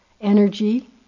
energy